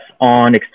on